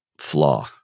flaw